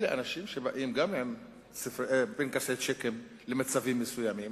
אלה אנשים שבאים גם עם פנקסי צ'קים למצבים מסוימים,